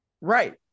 Right